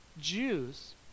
Jews